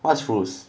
what's fruits